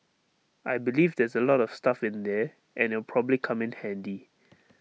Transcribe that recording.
I believe there's A lot of stuff in there and it'll probably come in handy